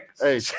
Hey